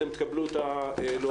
אתם תקבלו את לוח